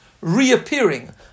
reappearing